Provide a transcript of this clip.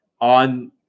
on